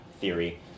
theory